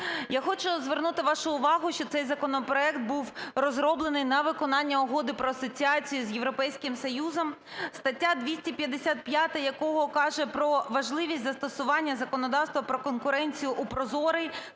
Я хочу звернути вашу увагу, що цей законопроект був розроблений на виконання Угоди про асоціацію з Європейським Союзом, стаття 255 якого каже про важливість застосування законодавства про конкуренцію у прозорий,